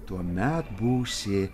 tuomet būsi